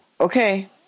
Okay